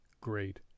great